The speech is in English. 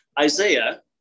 Isaiah